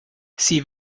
sie